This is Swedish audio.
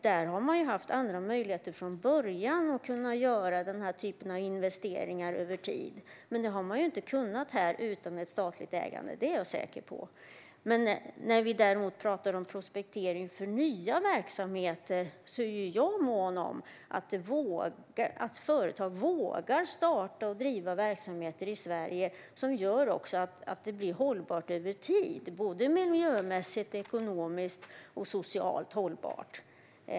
Där har det från början funnits andra möjligheter att göra den här typen av investeringar över tid. Men det har man inte kunnat göra här utan ett statligt ägande. Det är jag säker på. När det däremot gäller prospektering för nya verksamheter är jag mån om att företag ska våga starta och driva verksamheter i Sverige som gör att det blir hållbart över tid, miljömässigt, ekonomiskt och socialt.